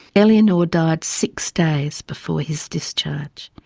eleanor died six days before his discharge.